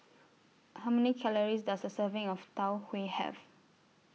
How Many Calories Does A Serving of Tau Huay Have